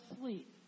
sleep